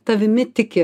tavimi tiki